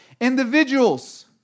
Individuals